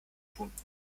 tun